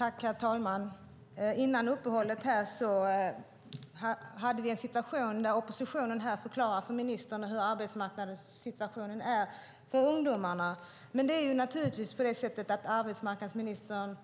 Herr talman! Före uppehållet hade vi en situation där oppositionen förklarade för ministern hur arbetsmarknadsläget är för ungdomar. Arbetsmarknadsministern